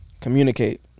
Communicate